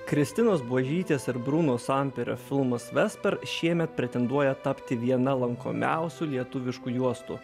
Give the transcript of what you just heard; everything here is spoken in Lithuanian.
kristinos buožytės ir bruno santario filmas vester šiemet pretenduoja tapti viena lankomiausių lietuviškų juostų